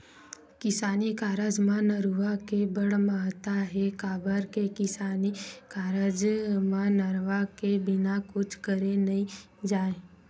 किसानी कारज म नरूवा के बड़ महत्ता हे, काबर के किसानी कारज म नरवा के बिना कुछ करे नइ जाय